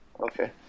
Okay